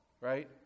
right